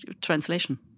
translation